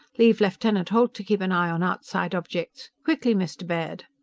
leave lieutenant holt to keep an eye on outside objects. quickly, mr. baird!